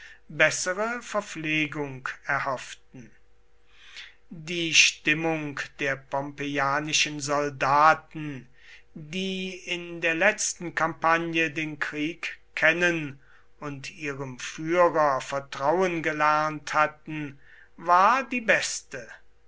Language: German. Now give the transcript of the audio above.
bessere verpflegung erhofften die stimmung der pompeianischen soldaten die in der letzten kampagne den krieg kennen und ihrem führer vertrauen gelernt hatten war die beste